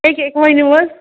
اکہِ اَکہِ ؤنِو حظ